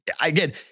again